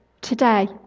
today